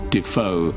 Defoe